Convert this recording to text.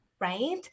right